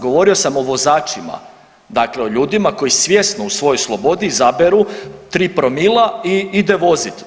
Govorio sam o vozačima, dakle o ljudima koji svjesno u svojoj slobodi izaberu tri promila i ide voziti.